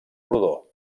rodó